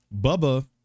Bubba